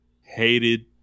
hated